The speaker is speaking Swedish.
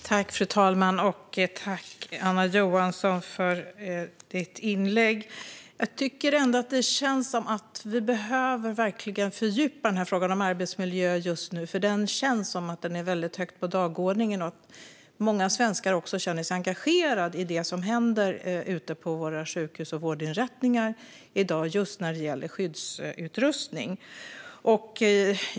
Fru talman! Tack, Anna Johansson, för ditt anförande! Vi behöver verkligen fördjupa frågan om arbetsmiljö just nu, för det känns som att den står väldigt högt på dagordningen. Många svenskar är också engagerade i det som händer ute på våra sjukhus och vårdinrättningar i dag just när det gäller skyddsutrustning.